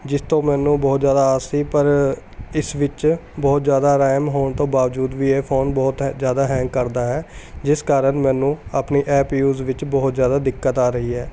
ਜਿਸ ਤੋਂ ਮੈਨੂੰ ਬਹੁਤ ਜ਼ਿਆਦਾ ਆਸ ਸੀ ਪਰ ਇਸ ਵਿੱਚ ਬਹੁਤ ਜ਼ਿਆਦਾ ਰੈਮ ਹੋਣ ਤੋਂ ਬਾਵਜੂਦ ਵੀ ਇਹ ਫੋਨ ਬਹੁਤ ਜ਼ਿਆਦਾ ਹੈਂਗ ਕਰਦਾ ਹੈ ਜਿਸ ਕਾਰਨ ਮੈਨੂੰ ਆਪਣੀ ਐਪ ਯੂਜ਼ ਵਿੱਚ ਬਹੁਤ ਜ਼ਿਆਦਾ ਦਿੱਕਤ ਆ ਰਹੀ ਹੈ